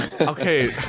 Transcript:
Okay